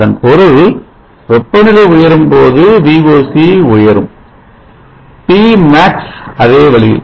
அதன் பொருள் வெப்பநிலை உயரும் பொழுது Voc குறையும் Pmax அதே வழியில்